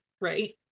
right